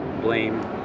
blame